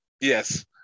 Yes